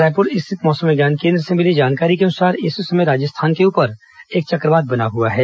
रायपुर स्थित मौसम विज्ञान केंद्र से मिली जानकारी के अनुसार इस समय राजस्थान के ऊपर एक चक्रवात बना हुआ है